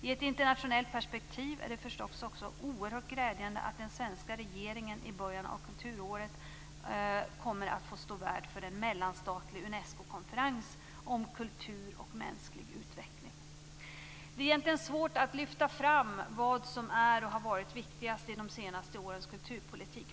I ett internationellt perspektiv är det förstås också oerhört glädjande att den svenska regeringen i början av kulturåret kommer att få stå värd för en mellanstatlig Unescokonferens om kultur och mänsklig utveckling. Det är egentligen svårt att lyfta fram vad som är och har varit viktigast i de senaste årens kulturpolitik.